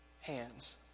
hands